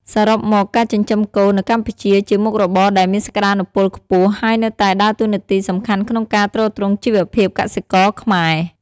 សរុបមក ការចិញ្ចឹមគោនៅកម្ពុជាជាមុខរបរដែលមានសក្តានុពលខ្ពស់ ហើយនៅតែដើរតួនាទីសំខាន់ក្នុងការទ្រទ្រង់ជីវភាពកសិករខ្មែរ។